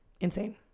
insane